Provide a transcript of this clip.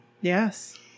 yes